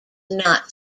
not